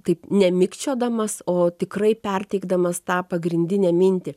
taip nemikčiodamas o tikrai perteikdamas tą pagrindinę mintį